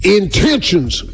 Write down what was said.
intentions